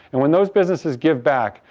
and, when those businesses give back,